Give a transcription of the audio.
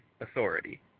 authority